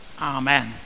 Amen